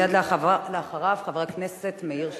מייד אחריו, חבר הכנסת מאיר שטרית.